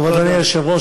אדוני היושב-ראש,